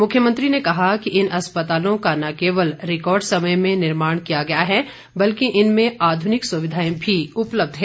मुख्यमंत्री ने कहा कि इन अस्पतालों का न केवल रिकार्ड समय में निर्माण किया गया है बल्कि इनमें आधुनिक सुविधाएं भी उपलब्ध हैं